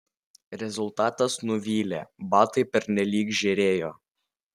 rezultatas nuvylė batai pernelyg žėrėjo